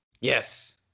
Yes